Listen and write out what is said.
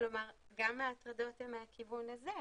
כלומר גם ההטרדות הן מהכיוון הזה,